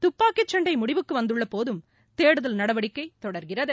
துப்பாக்கி சண்டை முடிவுக்கு வந்துள்ளபோதும் தேடுதல் நடவடிக்கை தொடர்கிறது